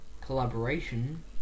collaboration